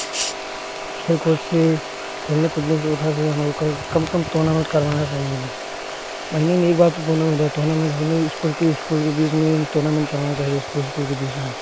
खेल कूद से खेलने कूदने से उधर से हम लोग का कम कम टूर्नामेंट करवाना चाहिए महीने में एक बार तो टूर्नामेंट हो टूर्नामेंट होने में स्कूल की स्कूल के बीच में टूर्नामेंट करवाना चाहिए स्कूल स्कूल के बीच में